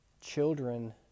Children